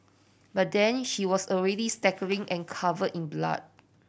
by then she was already staggering and covered in blood